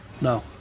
No